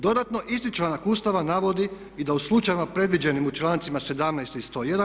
Dodatno, isti članak Ustava navodi i da u slučajevima predviđenim u člancima 17. i 101.